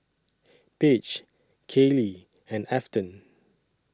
Paige Kayli and Afton